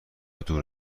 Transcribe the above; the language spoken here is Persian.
دور